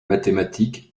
mathématiques